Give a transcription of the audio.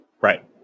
Right